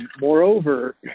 moreover